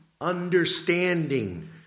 understanding